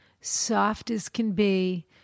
soft-as-can-be